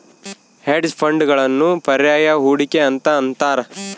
hedge ಫಂಡ್ಗಳನ್ನು ಪರ್ಯಾಯ ಹೂಡಿಕೆ ಅಂತ ಅಂತಾರ